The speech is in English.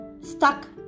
stuck